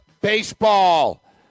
Baseball